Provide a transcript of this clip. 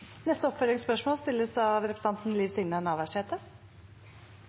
av vurderingene framover. Liv Signe Navarsete